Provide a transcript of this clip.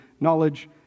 knowledge